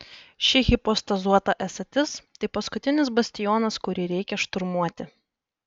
ši hipostazuota esatis tai paskutinis bastionas kurį reikia šturmuoti